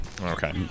Okay